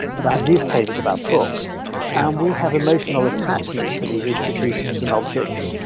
about newspapers, about books. and we have emotional attachments to these institutions and objects.